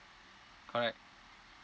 correct